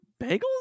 Bagels